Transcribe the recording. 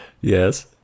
Yes